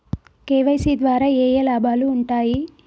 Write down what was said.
KYC ద్వారా ఏఏ లాభాలు ఉంటాయి?